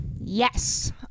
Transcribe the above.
Yes